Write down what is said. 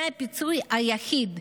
זה הפיצוי היחיד,